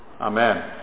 Amen